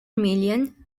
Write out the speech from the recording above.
million